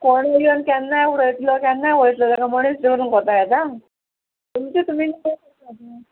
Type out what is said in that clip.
कोणूय येवन केन्नाय उडयतलो केन्नाय वयतलो तेका मणीस घेवन कोता येता तुमचें तुमी न्हू